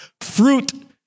fruit